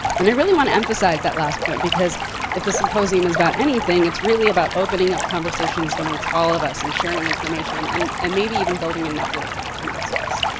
and i really wanna emphasize that last point, because if the symposium is about anything, it's really about opening up conversations amongst all of us and sharing information, and and maybe even building a network amongst us.